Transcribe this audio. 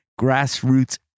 grassroots